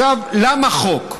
עכשיו, למה חוק?